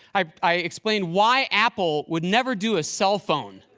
i i explained why apple would never do a cell phone.